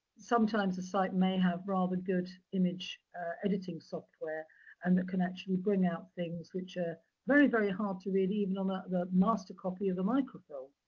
sometimes, a site may have rather good image editing software and that can actually bring out things which are very, very hard to read even on ah the master copy the microfilm.